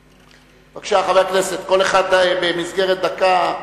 בבקשה, חברי הכנסת, כל אחד במסגרת דקה.